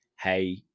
Hey